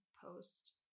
post